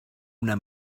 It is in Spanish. una